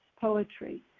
poetry